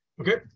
Okay